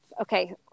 okay